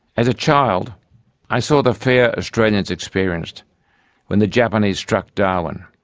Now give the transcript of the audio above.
as a child i saw the fear australian's experienced when the japanese struck darwin.